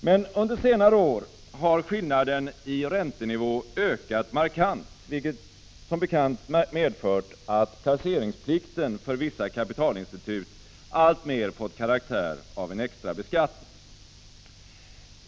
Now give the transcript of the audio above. Men under senare år har skillnaden i räntenivå ökat markant, vilket som bekant medfört att placeringsplikten för vissa kapitalinstitut alltmer fått karaktären av en extra beskattning.